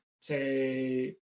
say